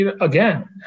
again